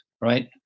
right